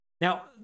Now